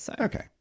Okay